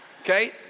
Okay